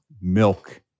milk